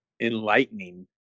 enlightening